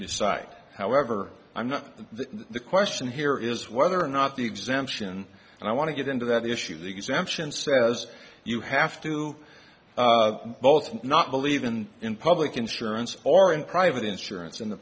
decide however i'm not the question here is whether or not the exemption and i want to get into that the issue of the exemption says you have to both not believe in in public insurance or in private insurance in the